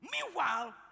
Meanwhile